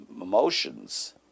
emotions